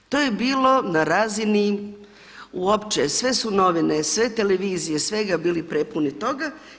To je bilo na razini uopće jer sve su novine, sve televizije, svega bili prepuni toga.